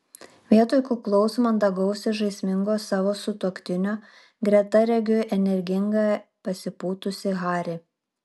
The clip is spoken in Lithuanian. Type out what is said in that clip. vietoj kuklaus mandagaus ir žaismingo savo sutuoktinio greta regiu energingą pasipūtusį harį